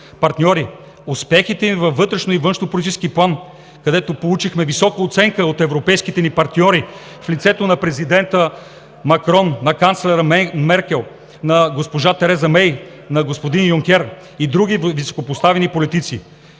партньори, успехите им във външно и вътрешнополитически план, където получихме висока оценка от европейските ни партньори в лицето на президента Макрон, на канцлера Меркел, на госпожа Тереза Мей, на господин Юнкер и други високопоставени политици.